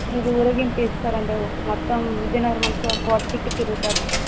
ఇది ఉలగించి ఇస్తారండి మొత్తం విజయనగరం అంతా కోట చుట్టూ తిరుగుతుంది